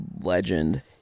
Legend